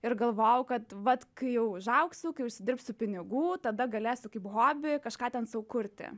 ir galvojau kad vat kai jau užaugsiu kai užsidirbsiu pinigų tada galėsiu kaip hobį kažką ten sau kurti